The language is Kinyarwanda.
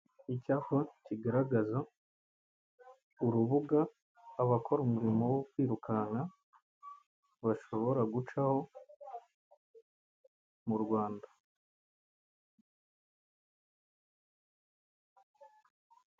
Icyapa kigaragaza urubuga abakora umurimo wo kwirukanka bashobora gucaho mu Rwanda.